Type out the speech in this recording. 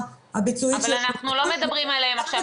הביצועית של --- אבל אנחנו לא מדברים עליהם עכשיו.